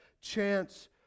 chance